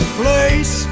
place